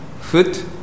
foot